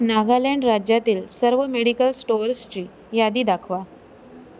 नागालँड राज्यातील सर्व मेडिकल स्टोर्सची यादी दाखवा